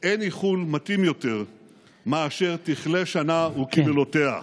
אין איחול מתאים יותר מאשר "תכלה שנה וקללותיה".